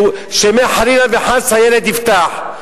שמא חלילה וחס הילד יפתח.